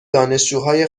دانشجوهای